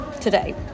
today